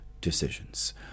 decisions